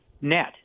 net